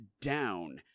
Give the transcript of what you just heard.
down